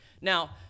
Now